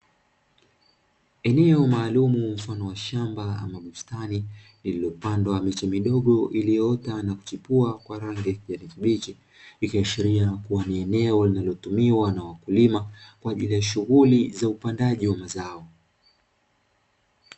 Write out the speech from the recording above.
Eneo maalumu mfano wa shamba au bustani lililopandwa miche midogo iliyoota na kuchipua kwa rangi ya kijani kibichi, ikiashiria kuwa ni eneo linalotumiwa na wakulima kwa ajili ya shughuli za upandaji wa mazao.